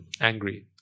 angry